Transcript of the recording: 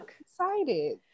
excited